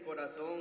corazón